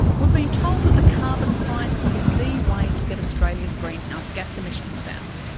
we've been told that the carbon price is the way to get australia's greenhouse gas emissions down,